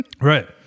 right